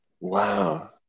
Wow